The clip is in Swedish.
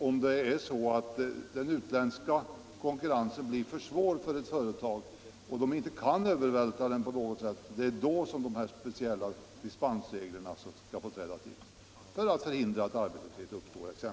Om däremot den utländska konkurrensen blir för svår för ett företag som då inte kan övervältra denna avgift, då skall dispensreglerna få träda till, t.ex. för att förhindra arbetslöshet.